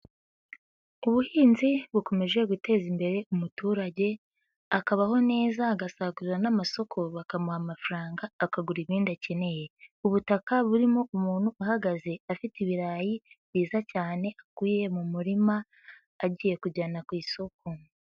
Ubuhinzi bukomeje guteza imbere umuturage, akabaho neza agasagurira n'amasoko bakamuha amafaranga, akagura ibindi akeneye. Ubutaka burimo umuntu uhagaze afite ibirayi byiza cyane akuye mu murima agiye kujyana ku isoko.